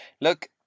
look